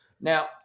Now